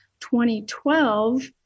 2012